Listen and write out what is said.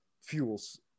fuels